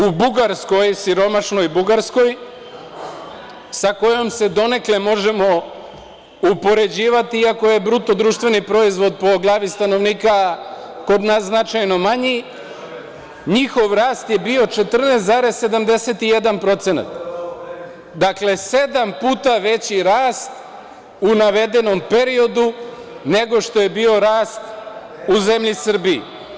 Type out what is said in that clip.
U Bugarskoj, siromašnoj Bugarskoj, sa kojom se donekle možemo upoređivati, iako je BDP po glavi stanovnika kod nas značajno manji, njihov rast je bio 14,71%, dakle, sedam puta veći rast u navedenom periodu nego što je bio rast u zemlji Srbiji.